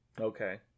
Okay